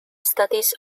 studies